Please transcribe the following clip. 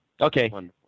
okay